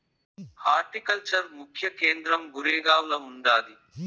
horticulture ముఖ్య కేంద్రం గురేగావ్ల ఉండాది